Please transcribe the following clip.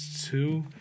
two